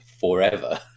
forever